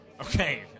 Okay